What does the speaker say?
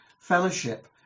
fellowship